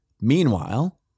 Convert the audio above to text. Meanwhile